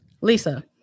Lisa